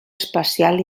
especial